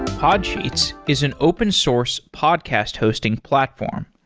podsheets is and open source podcast hosting platform.